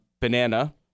banana